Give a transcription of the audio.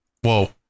Whoa